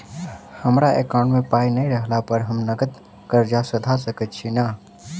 हमरा एकाउंट मे पाई नै रहला पर हम नगद कर्जा सधा सकैत छी नै?